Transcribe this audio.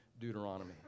Deuteronomy